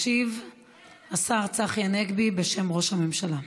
ישיב השר צחי הנגבי בשם ראש הממשלה.